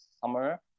summer